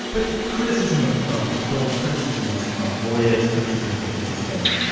but criticism of of the courts, criticisms of lawyers, criticisms of the system,